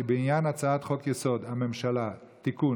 כי בעניין הצעת חוק-יסוד: הממשלה (תיקון